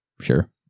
Sure